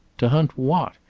to hunt what,